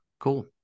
Cool